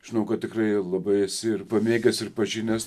žinau kad tikrai labai esi ir pamėgęs ir pažinęs